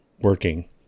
working